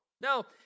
No